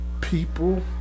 people